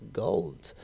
gold